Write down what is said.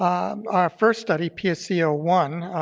um our first study, p s c o one,